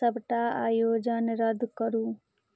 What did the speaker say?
सबटा आयोजन रद्द करू